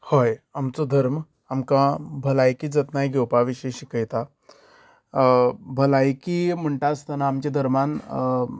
हय आमचो धर्म भलायकी जतनाय घेवपाक शिकयता भलायकी म्हाणटा आसतना आमच्या धर्मान